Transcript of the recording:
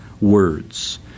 words